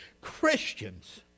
Christians